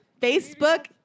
Facebook